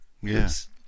Yes